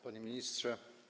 Panie Ministrze!